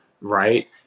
right